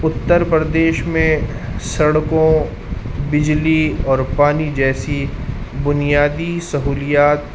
اتر پردیش میں سڑکوں بجلی اور پانی جیسی بنیادی سہولیات